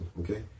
okay